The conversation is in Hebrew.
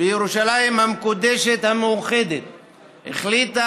אני רוצה